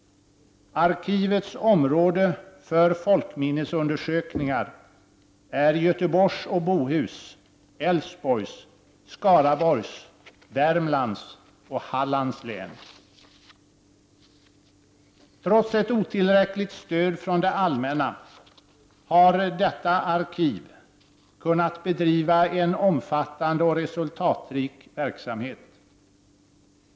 Arkivets område för folkminnesundersökningar är i Göteborgs och Bohus, Älvsborgs, Skaraborgs, Värmlands och Hallands län. Trots ett otillräckligt stöd från det allmänna har detta arkiv kunnat bedriva en omfattande och resultatrik verksamhet.